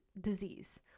disease